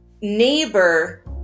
neighbor